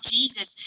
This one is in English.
Jesus